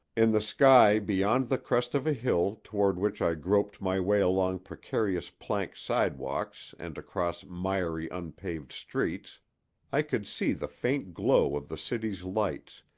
in the sky beyond the crest of a hill toward which i groped my way along precarious plank sidewalks and across miry, unpaved streets i could see the faint glow of the city's lights,